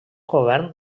govern